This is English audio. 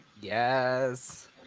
yes